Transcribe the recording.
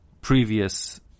previous